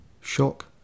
shock